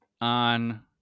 on